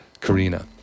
Karina